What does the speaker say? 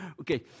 Okay